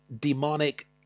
demonic